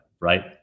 right